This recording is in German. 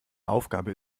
aufgabe